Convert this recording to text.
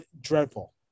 dreadful